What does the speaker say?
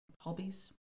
hobbies